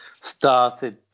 started